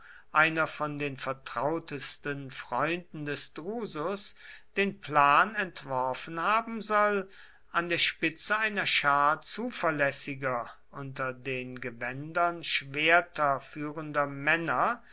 einer von den vertrautesten freunden des drusus den plan entworfen haben soll an der spitze einer schar zuverlässiger unter den gewändern schwerter führender männer